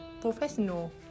professional